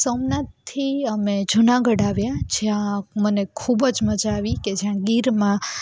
સોમનાથથી અમે જુનાગઢ આવ્યાં જ્યાં મને ખૂબ જ મજા આવી કે જ્યાં ગીરમાં